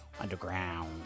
underground